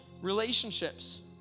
relationships